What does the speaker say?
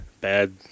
bad